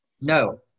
No